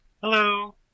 Hello